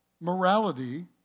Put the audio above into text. morality